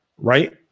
right